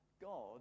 God